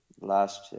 last